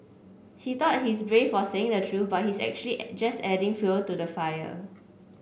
he thought he's brave for saying the truth but he's actually just adding fuel to the fire